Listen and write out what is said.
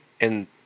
and-